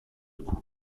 coup